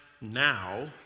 now